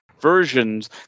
versions